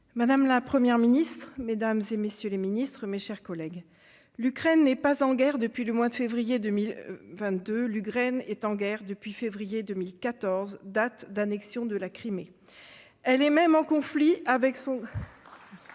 madame la Première ministre, mesdames, messieurs les ministres, mes chers collègues, l'Ukraine n'est pas en guerre depuis le mois de février 2022 ; l'Ukraine est en guerre depuis février 2014, date d'annexion de la Crimée. Elle est même en conflit avec son